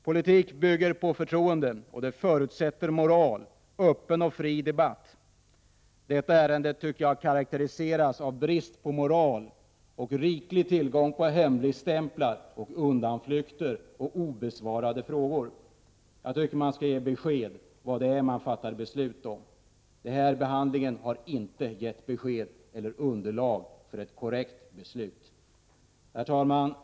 Politik bygger på förtroende och förutsätter moral och öppen och fri debatt. Detta ärende, tycker jag, karakteriseras av brist på moral och riklig tillgång på hemligstämplar, undanflykter och obesvarade frågor. Jag tycker man ska ge besked om vad vi fattar beslut om. Denna behandling har inte gett besked eller underlag för ett korrekt beslut. Herr talman!